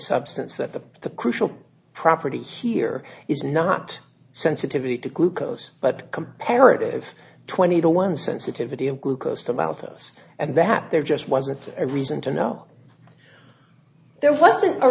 substance that the the crucial property here is not sensitivity to glucose but comparative twenty to one sensitivity of glucose to mouth us and that there just wasn't a reason to know there wasn't a